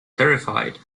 terrified